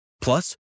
Plus